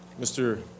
Mr